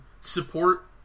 Support